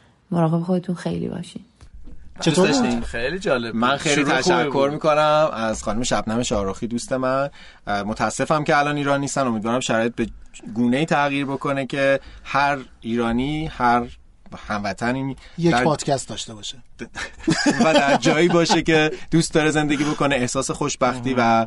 مراقب خودتون خیلی باشین. چطور دوست بود؟ داشتین؟ خیلی جالب بود. من خیلی شروع خوبی تشکر بود. می‌کنم از خانم شبنم شاهرخی، دوست من. اه، متاسفم که الان ایران نیستن. امیدوارم شرایط به گونه‌ای تغییر بکنه که هر ایرانی، هر هموطنی می- یک در- پادکست داشته باشه. و در جایی باشه که دوست داره زندگی بکنه، احساس خوشبختی اها. و